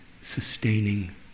sustaining